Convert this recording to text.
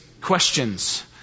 questions